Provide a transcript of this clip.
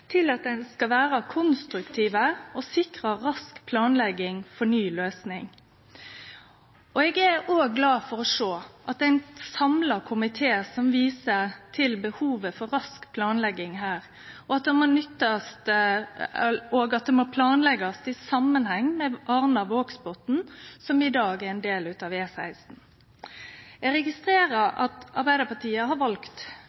til at ein skal vere konstruktiv og sikre rask planlegging for ny løysing. Eg er òg glad for å sjå at det er ein samla komité som viser til behovet for rask planlegging her, og at det må planleggjast i samanheng med Arna–Vågsbotn, som i dag er ein del av E16. Eg